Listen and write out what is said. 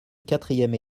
quatrième